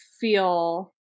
feel